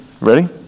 ready